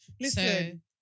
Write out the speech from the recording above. Listen